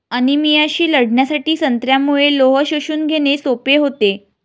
अनिमियाशी लढण्यासाठी संत्र्यामुळे लोह शोषून घेणे सोपे होते